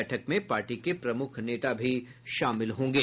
बैठक में पार्टी के प्रमुख नेता भी शामिल होंगे